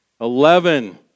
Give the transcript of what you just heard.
Eleven